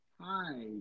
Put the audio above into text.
Hi